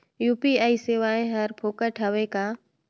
UPI सेवाएं हर फोकट हवय का?